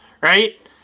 right